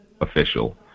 official